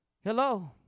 Hello